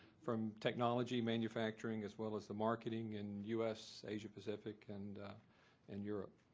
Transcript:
from technology manufacturing as well as the marketing in us, asia pacific, and and europe,